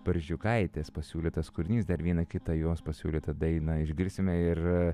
barzdžiukaitės pasiūlytas kūrinys dar vieną kitą jos pasiūlytą dainą išgirsime ir